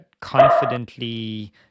confidently